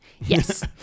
Yes